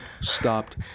stopped